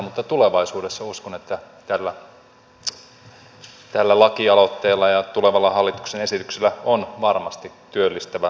mutta tulevaisuudessa uskon että tällä lakialoitteella ja tulevalla hallituksen esityksellä on varmasti työllistävä vaikutus